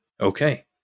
Okay